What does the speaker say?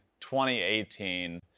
2018